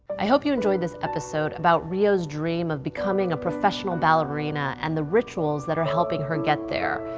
i hope you enjoyed this episode about rio's dream of becoming a professional ballerina and the rituals that are helping her get there.